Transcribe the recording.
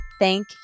thank